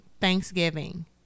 Thanksgiving